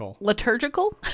liturgical